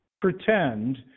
pretend